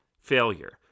failure